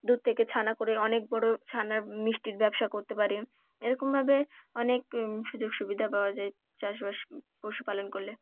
দুধ থেকে ছানা করে অনেক বড়ো ছানার মিষ্টির ব্যবসা করতে পারি এরকমভাবে অনেক সুযোগ সুবিধা পাওয়া যায় চাষবাস পশুপালন করলে